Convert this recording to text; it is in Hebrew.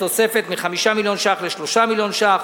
לתוספת מ-5 מיליון ש"ח ל-3 מיליון ש"ח,